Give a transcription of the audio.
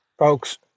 Folks